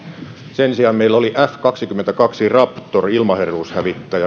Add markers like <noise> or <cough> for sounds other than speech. sen sijaan meillä oli viidennen sukupolven fmiinus kaksikymmentäkaksi raptor ilmaherruushävittäjä <unintelligible>